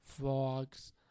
frogs